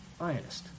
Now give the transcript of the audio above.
Ionist